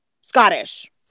Scottish